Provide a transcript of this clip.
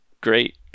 great